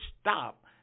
stop